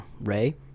Ray